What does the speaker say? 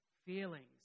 Feelings